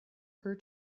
her